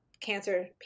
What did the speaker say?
cancer